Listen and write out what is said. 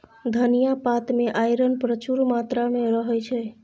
धनियाँ पात मे आइरन प्रचुर मात्रा मे रहय छै